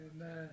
Amen